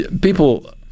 people